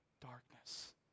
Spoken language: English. darkness